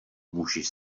můžeš